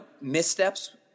missteps